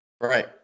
Right